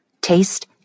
taste